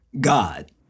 God